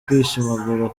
kwishimagura